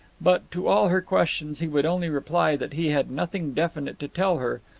but to all her questions he would only reply that he had nothing definite to tell her,